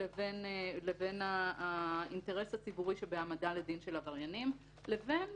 לבין האינטרס הציבורי שבהעמדה לדין של עבריינים; לבין